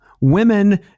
Women